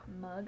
mug